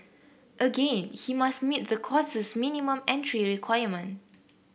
again he must meet the course's minimum entry requirement